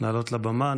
לעלות לבמה.